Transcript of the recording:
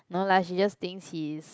no lah she just thinks he's